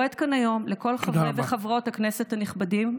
אני קוראת כאן היום לכל חברי וחברות הכנסת הנכבדים,